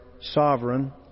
sovereign